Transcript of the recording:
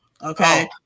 Okay